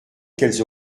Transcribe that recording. qu’elles